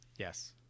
yes